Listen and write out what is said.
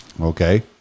Okay